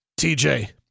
TJ